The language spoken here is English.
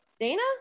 Dana